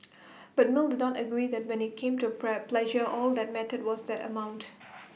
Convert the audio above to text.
but mill did not agree that when IT came to pleasure all that mattered was the amount